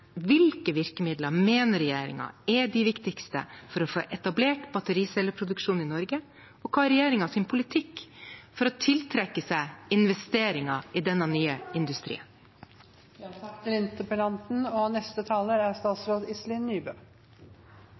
Hvilke virkemidler mener regjeringen er de viktigste for å få etablert battericelleproduksjon i Norge, og hva er regjeringens politikk for å tiltrekke seg investeringer i denne nye industrien? Først vil jeg si takk til representanten for at hun tar opp et veldig aktuelt og